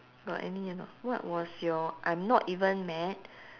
got any or not what was your I'm not even mad